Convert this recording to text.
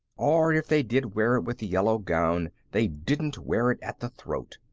or if they did wear it with a yellow gown, they didn't wear it at the throat.